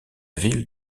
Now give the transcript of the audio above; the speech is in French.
ville